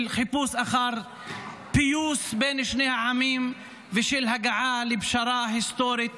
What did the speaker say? של חיפוש אחר פיוס בין שני העמים ושל הגעה לפשרה היסטורית